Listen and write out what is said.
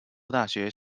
大学